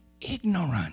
ignorant